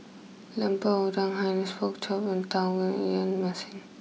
Lemper Udang Hainanese Pork Chop and Tauge Ikan Masin